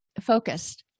focused